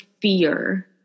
fear